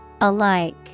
Alike